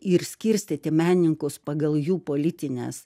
ir skirstyti menininkus pagal jų politines